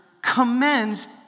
commends